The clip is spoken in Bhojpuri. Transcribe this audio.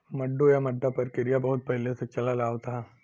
मड्डू या मड्डा परकिरिया बहुत पहिले से चलल आवत ह